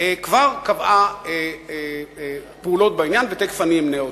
כבר קבעו פעולות בעניין, ותיכף אני אמנה אותן.